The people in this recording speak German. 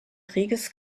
krieges